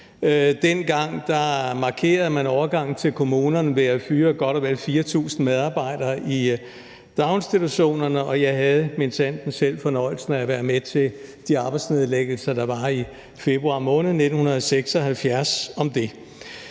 Dengang markerede man overgangen til kommunerne ved at fyre godt og vel 4.000 medarbejdere i daginstitutionerne, og jeg havde minsandten selv fornøjelsen af at være med til de arbejdsnedlæggelser, der var i februar måned 1976 om det.